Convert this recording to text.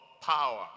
power